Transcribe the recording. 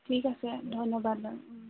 ঠিক আছে ধন্যবাদ বাৰু